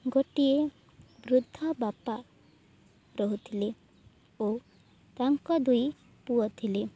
ଗୋଟିଏ ବୃଦ୍ଧ ବାପା ରହୁଥିଲେ ଓ ତାଙ୍କ ଦୁଇ ପୁଅ ଥିଲି